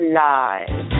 live